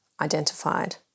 identified